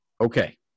okay